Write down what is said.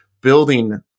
building